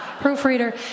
proofreader